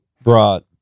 brought